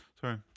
sorry